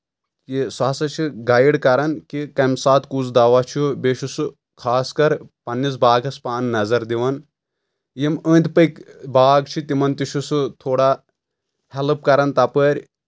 یہِ سُہ ہسا چھِ گایِڈ کران کہِ کمہِ ساتہٕ کُس دوا چھُ بیٚیہِ چھُ سُہ خاص کر پنٕنِس باغس پانہٕ نظر دِوان یِم أنٛدۍ پٔکۍ باغ چھِ تِمن تہِ چھُ سُہ تھوڑا ہیلٕپ کران تپٲر